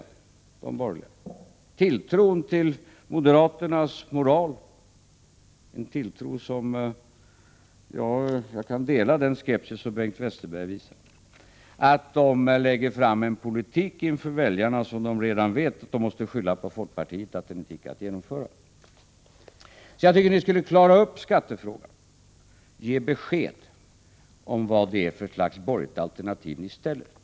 Jag kan dela den skepsis som Bengt Westerberg visade mot den moral som tillämpas av moderaterna — de vet redan att den politik som de lägger fram för väljarna inte kan genomföras och att de måste skylla detta på folkpartiet. Jag tycker alltså att ni skall klara ut skattefrågan och ge besked om vilket slags borgerligt alternativ det är som ni ställer upp.